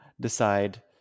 decide